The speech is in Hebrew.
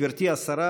גברתי השרה,